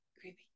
creepy